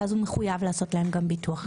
ואז מחויב לעשות להם ביטוח.